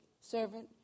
servant